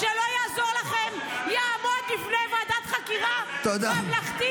ולא יעזור לכם, שיעמוד לפני ועדת חקירה ממלכתית.